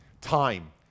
time